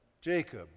Jacob